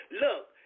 Look